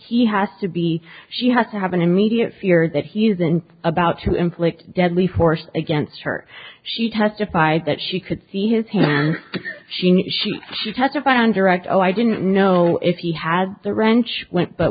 he has to be she has to have an immediate fear that he isn't about to inflict deadly force against her she testified that she could see his hands she knew she testified on direct oh i didn't know if he had the wrench went but